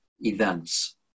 events